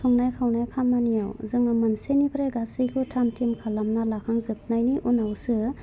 संनाय खावनाय खामानियाव जोङो मोनसेनिफ्राय गासैखौ थाम थिम खालामना लाखांजोबनायनि उनावसो